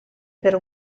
per